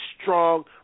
strong